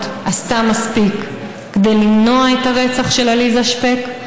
עשתה מספיק כדי למנוע את הרצח של עליזה שפק?